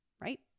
right